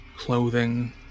clothing